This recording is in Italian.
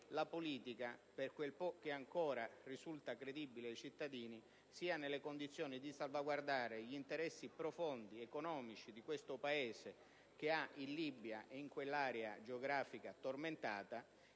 la politica, per quel poco che ancora risulta credibile ai cittadini, sia nelle condizioni di salvaguardare gli interessi economici profondi che questo Paese ha in Libia e in quell'area geografica tormentata